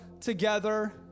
together